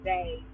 Day